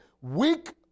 Weak